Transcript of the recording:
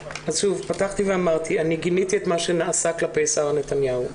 פתחתי ואמרתי שאני גיניתי את מה שנעשה כלפי שרה נתניהו.